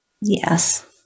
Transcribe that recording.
Yes